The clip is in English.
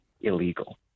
illegal